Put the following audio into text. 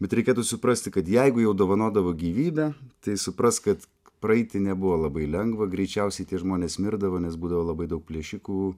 bet reikėtų suprasti kad jeigu jau dovanodavo gyvybę tai suprask kad praeiti nebuvo labai lengva greičiausiai tie žmonės mirdavo nes būdavo labai daug plėšikų